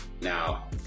now